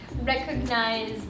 recognize